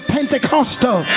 Pentecostal